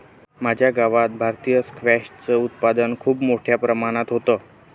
माझ्या गावात भारतीय स्क्वॅश च उत्पादन खूप मोठ्या प्रमाणात होतं